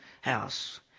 house